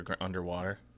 underwater